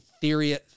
theory